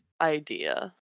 idea